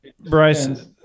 Bryce